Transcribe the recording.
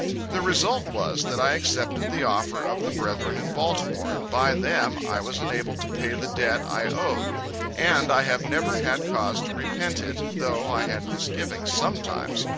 the result was, that i accepted the offer of the brethren in baltimore and by them i was enabled to pay the debt i owed and i have never had cause to repent it though i had misgivings sometimes,